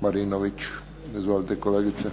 Marinović. Izvolite, kolegice.